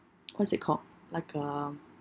what is it called like um